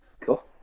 Cool